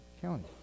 County